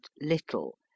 little